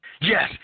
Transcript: Yes